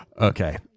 Okay